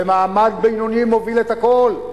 ומעמד בינוני מוביל את הכול.